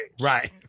Right